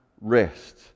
rest